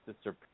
sister